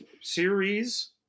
series